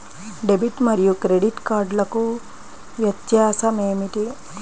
Debit మరియు credit కార్డ్లకు వ్యత్యాసమేమిటీ?